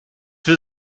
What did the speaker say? will